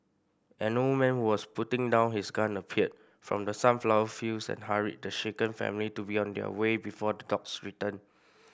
an old man who was putting down his gun appeared from the sunflower fields and hurried the shaken family to be on their way before the dogs return